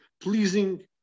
pleasing